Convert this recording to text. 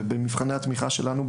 ובמבחני התמיכה שלנו,